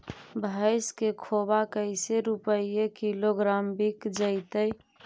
भैस के खोबा कैसे रूपये किलोग्राम बिक जइतै?